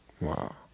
Wow